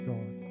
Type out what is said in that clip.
God